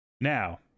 Now